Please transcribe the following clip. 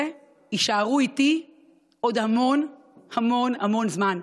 יישארו איתי עוד המון המון המון זמן.